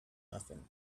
nothing